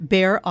Bear